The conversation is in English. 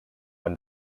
when